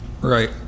Right